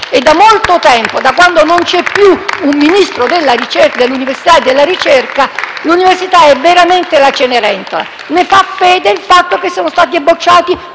Da molto tempo, da quando non c'è più un Ministro dell'università e della ricerca, l'università è veramente la Cenerentola. Lo dimostra il fatto che sono stati bocciati